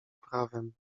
prawem